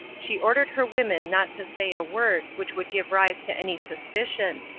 she ordered her women not to say a word which would give rise to any suspicion,